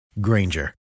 Granger